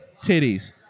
titties